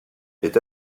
est